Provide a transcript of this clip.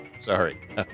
sorry